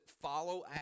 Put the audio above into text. Follow